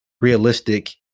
realistic